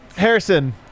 Harrison